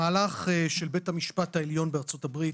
המהלך של בית המשפט העליון בארצות הברית